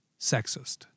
sexist